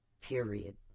period